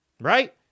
right